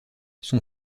son